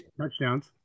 Touchdowns